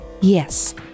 Yes